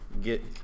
get